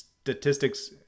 statistics